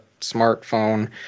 smartphone